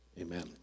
amen